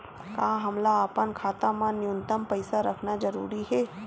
का हमला अपन खाता मा न्यूनतम पईसा रखना जरूरी हे?